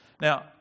Now